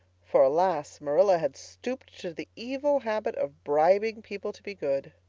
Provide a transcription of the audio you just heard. for alas, marilla had stooped to the evil habit of bribing people to be good!